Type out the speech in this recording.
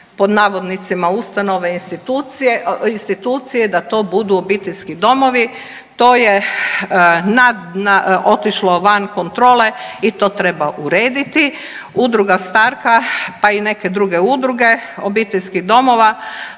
pod navodnicima ustanove, institucije da to budu obiteljski domovi. To je otišlo van kontrole i to treba urediti. Udruga Starka pa i neke druge udruge obiteljskih domova